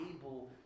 able